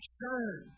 turn